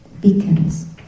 beacons